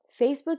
Facebook